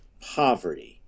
poverty